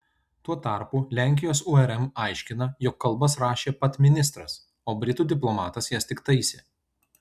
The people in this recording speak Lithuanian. tuo tarpu lenkijos urm aiškina jog kalbas rašė pat ministras o britų diplomatas jas tik taisė